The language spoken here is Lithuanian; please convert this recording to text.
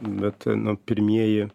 bet nu pirmieji